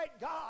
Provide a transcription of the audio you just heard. God